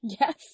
Yes